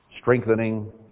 strengthening